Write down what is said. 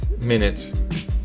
minute